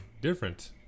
Different